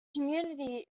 community